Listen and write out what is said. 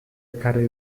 ekarri